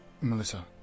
Melissa